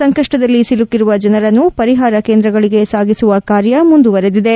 ಸಂಕಷ್ಷದಲ್ಲಿ ಸಿಲುಕಿರುವ ಜನರನ್ನು ಪರಿಹಾರ ಕೇಂದ್ರಗಳಿಗೆ ಸಾಗಿಸುವ ಕಾರ್ಯ ಮುಂದುವರೆದಿದೆ